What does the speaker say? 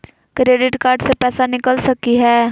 Credit card से पैसा निकल सकी हय?